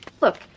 Look